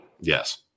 Yes